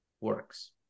works